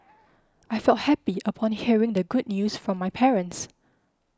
I felt happy upon hearing the good news from my parents